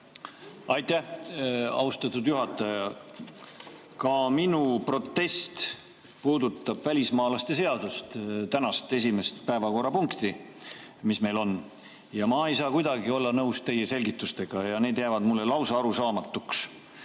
Aitäh, austatud juhataja! Ka minu protest puudutab välismaalaste seadust, tänast esimest päevakorrapunkti. Ma ei saa kuidagi olla nõus teie selgitustega, need jäävad mulle lausa arusaamatuks.